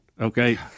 okay